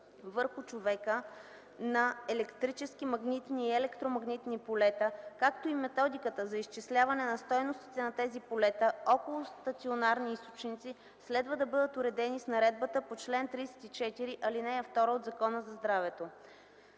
върху човека на електрически, магнитни и електромагнити полета, както и методиката за изчисляване на стойностите на тези полета около стационарни източници, следва да бъдат уредени с наредбата по чл. 34, ал. 2 от Закона за здравето.